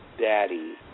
daddy